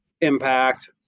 impact